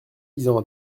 visant